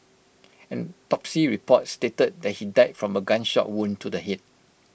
an autopsy report stated he died from A gunshot wound to the Head